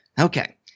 Okay